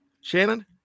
Shannon